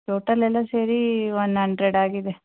total ಎಲ್ಲ ಸೇರಿ one hundred ಆಗಿದೆ